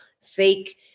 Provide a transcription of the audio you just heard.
fake